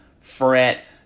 fret